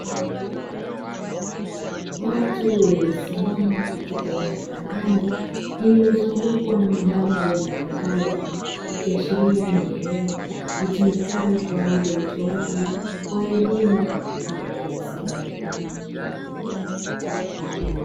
Watu waliosimama katika eneo la ndani lililozungukwa na mabango mbalimbali, ikiashiria ni eneo litumikalo kwa ajili ya utoaji wa elimu kwa watu wazima.